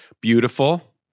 Beautiful